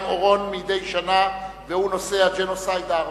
והוא הג'נוסייד הארמני.